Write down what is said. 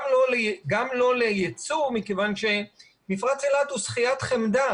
גם לא ליצוא מכיוון שמפרץ אילת הוא שכיית חמדה.